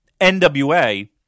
NWA